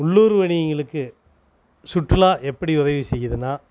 உள்ளூர் வணிகங்களுக்கு சுற்றுலா எப்படி உதவி செய்யுதுன்னா